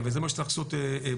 וזה מה שצריך לעשות בלילה.